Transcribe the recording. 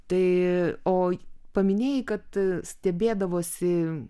tai o paminėjai kad stebėdavosi